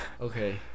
okay